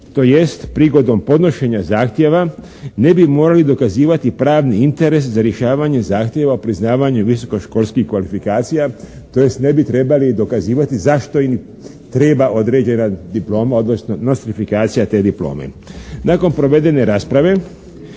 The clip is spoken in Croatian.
tj. prigodom podnošenja zahtjeva ne bi morali dokazivati pravni interes za rješavanje zahtjeva o priznavanju visokoškolskih kvalifikacija tj. ne bi trebali dokazivati zašto im treba određena diploma odnosno nostrifikacija te diplome. Nakon provedene rasprave